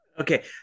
Okay